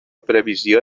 previsió